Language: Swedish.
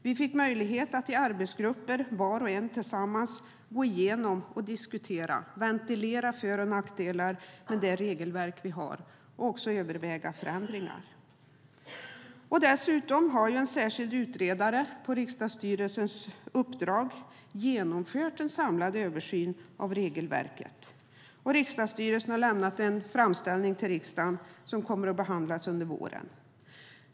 Vi fick möjlighet att i arbetsgrupper diskutera och ventilera för och nackdelar med de regelverk vi har och överväga förändringar. Dessutom har en särskild utredare på riksdagsstyrelsens uppdrag genomfört en samlad översyn av regelverket. Riksdagsstyrelsen har lämnat en framställning till riksdagen som kommer att behandlas under våren.